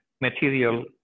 material